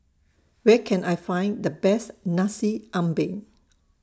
Where Can I Find The Best Nasi Ambeng